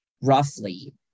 roughly